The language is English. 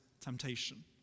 temptation